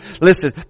Listen